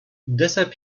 deshalb